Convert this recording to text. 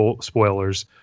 spoilers